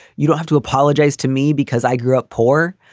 you don't have to apologize to me because i grew up poor.